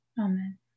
Amen